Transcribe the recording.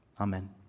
Amen